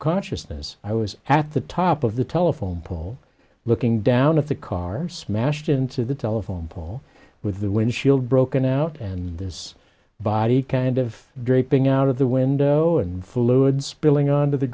consciousness i was at the top of the telephone pole looking down at the car smashed into the telephone pole with the windshield broken out and this body kind of dripping out of the window and fluid spilling onto the